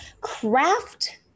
craft